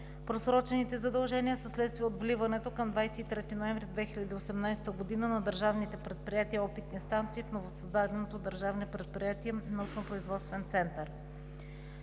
Просрочените задължения са вследствие от вливането към 23 ноември 2018 г. на държавните предприятия и опитни станции в новосъздаденото Държавно предприятие „Научно-производствен център“.